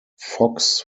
fox